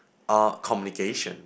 uh communication